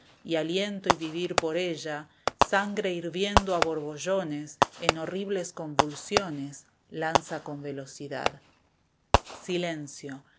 y aliento y vivir por ella sangre hirviendo a borbollones en horribles convulsiones lanza con velocidad silencio